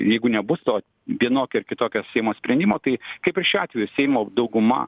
jeigu nebus to vienokio ar kitokio seimo sprendimo tai kaip ir šiuo atveju seimo dauguma